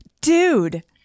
dude